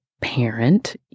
parent